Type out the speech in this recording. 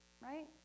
right